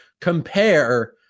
compare